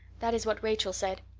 that is what rachel said.